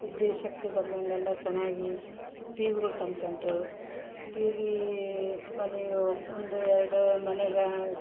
ಉದ್ದೇಶಕ್ತಿ ಬಂದಂಗೆಲ್ಲ ಚೆನ್ನಾಗಿ ಟಿ ವಿಗಳು ತಂದ್ಕೊಂಡ್ರು ಟಿ ವಿ ಮನೇಗೆ ಒಂದು ಎರಡು ಮನೇಗೆ